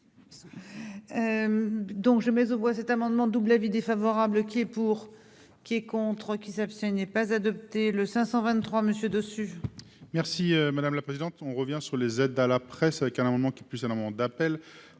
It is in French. Donc je mes voix cet amendement double avis défavorable qui est pour, qui est contre, qui savent ce n'est pas adopté le 523 Monsieur de. Merci madame la présidente, on revient sur les aides à la presse avec un amendement qui puisse énormément d'appels